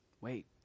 Wait